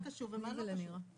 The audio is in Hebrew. מה קשור ומה לא קשור.